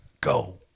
go